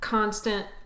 constant